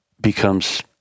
becomes